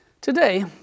today